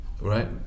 right